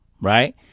right